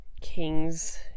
kings